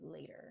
later